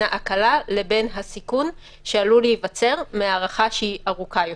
ההקלה לבין הסיכון שעלול להיווצר מההארכה שהיא ארוכה יותר.